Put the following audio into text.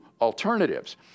alternatives